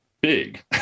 big